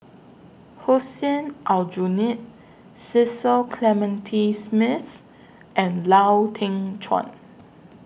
Hussein Aljunied Cecil Clementi Smith and Lau Teng Chuan